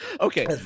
Okay